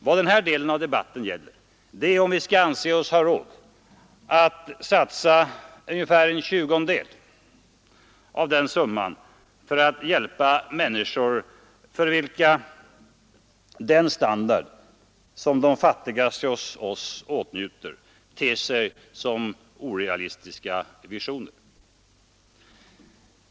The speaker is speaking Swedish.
Vad den här delen av debatten gäller är om vi skall anse oss ha råd att satsa omkring en tjugondel av den summan för att hjälpa människor för vilka den standard som den fattigaste hos oss åtnjuter ter sig som en orealistisk vision.